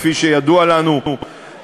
כפי שידוע לנו,